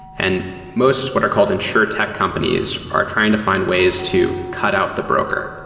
and most what are called insuretech companies are trying to find ways to cut out the broker.